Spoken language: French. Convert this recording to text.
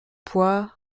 pois